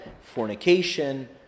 fornication